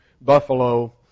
buffalo